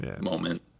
moment